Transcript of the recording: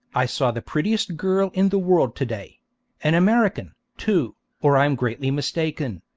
i saw the prettiest girl in the world to-day an american, too, or i am greatly mistaken.